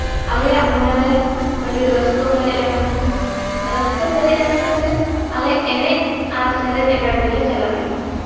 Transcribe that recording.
ᱟᱞᱮᱭᱟᱜ ᱢᱚᱱᱮᱨᱮ ᱟᱹᱰᱤ ᱨᱟᱹᱥᱠᱟᱹ ᱯᱮᱨᱮᱡ ᱟᱠᱟᱱᱟ ᱨᱟᱹᱥᱠᱟᱹ ᱯᱮᱨᱮᱡ ᱟᱠᱟᱱ ᱠᱷᱟᱹᱛᱤᱨ ᱟᱞᱮ ᱮᱱᱮᱡ ᱟᱨ ᱥᱮᱨᱮᱧ ᱮᱠᱟᱰᱮᱢᱤ ᱞᱮ ᱪᱟᱞᱟᱜ ᱞᱟᱹᱜᱤᱫᱚᱜ